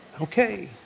okay